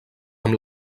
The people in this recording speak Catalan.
amb